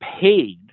paid